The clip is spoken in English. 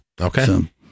Okay